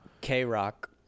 K-Rock